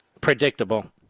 Predictable